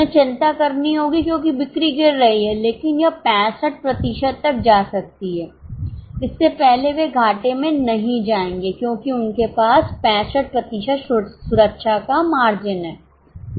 उन्हें चिंता करनी होगी क्योंकि बिक्री गिर रही है लेकिन यह 65 प्रतिशत तक जा सकती है इससे पहले वे घाटे में नहीं जाएंगे क्योंकि उनके पास 65 प्रतिशत सुरक्षा का मार्जिन है